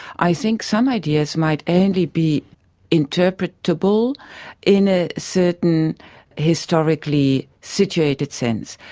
i think some ideas might only be interpretable in a certain historically situated sense.